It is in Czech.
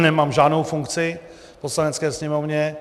Nemám žádnou funkci v Poslanecké sněmovně.